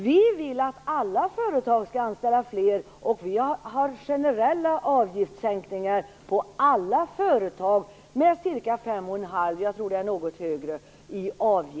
Vi vill att alla företag skall anställa fler, och vi föreslår generella avgiftssänkningar för alla företag med ca 5 1⁄2 % eller något högre.